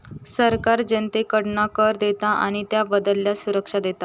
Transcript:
सरकार जनतेकडना कर घेता आणि त्याबदल्यात सुरक्षा देता